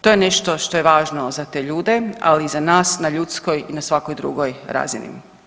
To je nešto što je važno za te ljude ali i za nas na ljudskoj i na svakoj drugoj razini.